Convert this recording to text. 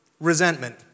Resentment